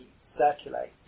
circulate